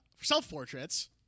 self-portraits